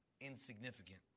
insignificant